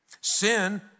Sin